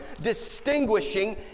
distinguishing